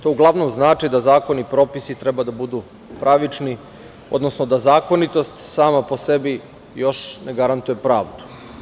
To uglavnom znači da zakoni i propisi treba da budu pravični, odnosno da zakonitost sama po sebi još ne garantuje pravdu.